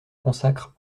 consacre